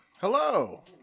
Hello